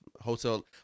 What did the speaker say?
Hotel